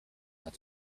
are